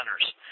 centers